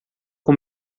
com